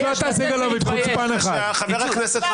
כשתחליט שכן, תקרא לי, אני בחוץ.